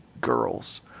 girls